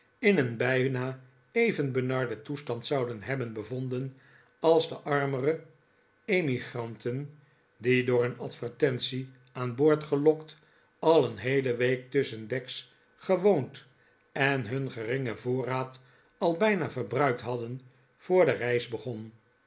in een bijna even benarden toestand zouden hebben bevonden als de armere emigranten die door een advertentie aan boord gelokt al een heele week tusschendeks gewoond en hun geringen voorraad al bijna verbruikt hadden voor de reis begon